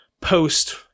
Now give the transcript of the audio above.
post